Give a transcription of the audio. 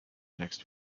next